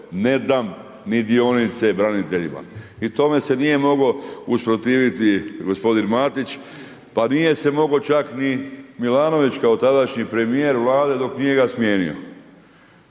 ne dam ni dionice braniteljima. I tome se nije moglo usprotiviti gospodin Matić, pa nije se mogao čak ni Milanović kao tadašnji premjer Vlade dok ga nije smijenio.